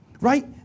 Right